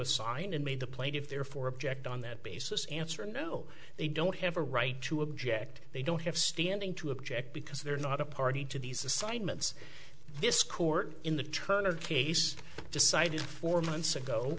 assign and made the plaintiffs therefore object on that basis answer no they don't have a right to object they don't have standing to object because they're not a party to these assignments this court in the turn of the case decided four months ago